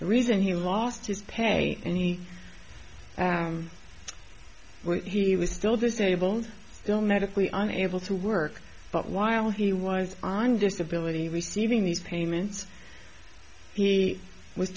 the reason he lost his pay and he went he was still this able still medically unable to work but while he was on disability receiving these payments he was